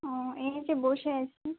ও এই যে বসে আছি